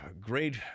great